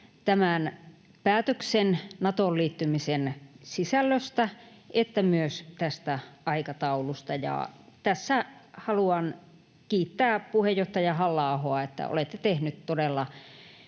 tämän päätöksen, Natoon liittymisen, sisällöstä että tästä aikataulusta. Ja tässä haluan kiittää puheenjohtaja Halla-ahoa, että olette tehnyt todella